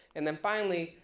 and then finally,